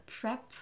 prep